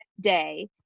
day